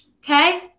Okay